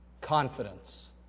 confidence